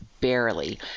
barely